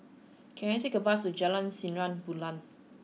can I take a bus to Jalan Sinar Bulan